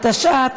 התשע"ט